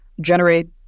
generate